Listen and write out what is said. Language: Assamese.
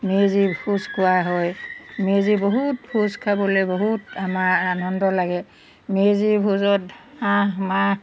মেজি ভোজ খোৱা হয় মেজি বহুত ভোজ খাবলৈ বহুত আমাৰ আনন্দ লাগে মেজি ভোজত হাঁহ মাহ